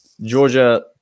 Georgia